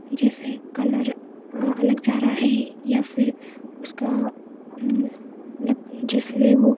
जैसे कलर अलग जा रहा है या फिर उसका मतलब जिसने वो